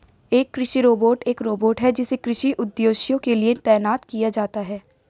एक कृषि रोबोट एक रोबोट है जिसे कृषि उद्देश्यों के लिए तैनात किया जाता है